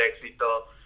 éxito